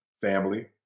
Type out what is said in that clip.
family